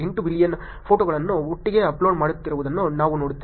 8 billion ಫೋಟೋಗಳನ್ನು ಒಟ್ಟಿಗೆ upload ಮಾಡಿರುವುದನ್ನು ನಾವು ನೋಡಿದ್ದೇವೆ